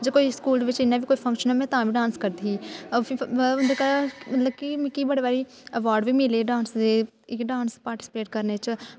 जां कोई स्कूल बिच्च इ'यां बी कोई फंक्शन होऐ में तां बी डांस करदी ही फ्ही मतलब कि मिगी बड़े बारी अवार्ड बी मिले डांस दे इक डांस पार्टिसिपेट करने च